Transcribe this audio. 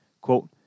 quote